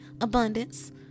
abundance